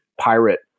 pirate